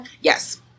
Yes